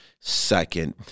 second